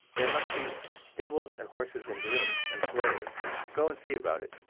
there must be stables and horses and grooms and slaves go and see about it!